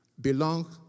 belong